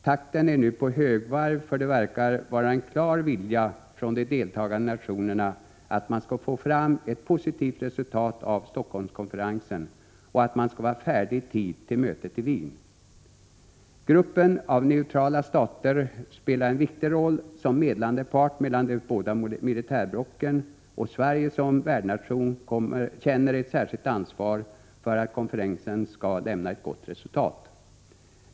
Takten är nu på högvarv, för det verkar vara en klar vilja från de deltagande nationerna att man skall få fram ett positivt resultat av Helsingforsskonferensen och att man skall vara färdig i tid till mötet i Wien. Gruppen av neutrala stater spelar en viktig roll som medlande part mellan de båda militärblocken, och Sverige som värdnation känner ett särskilt ansvar för att konferensen skall lämna ett gott resultat.